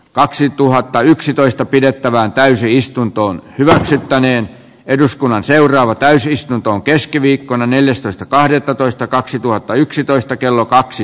kaksituhattayksitoista pidettävään täysistuntoon hyväksyttäneen eduskunnan seuraava täysistuntoon keskiviikkona neljästoista kahdettatoista kaksituhattayksitoista kello kaksi